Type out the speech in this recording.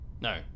No